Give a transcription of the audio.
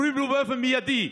אומרים לו באופן מיידי: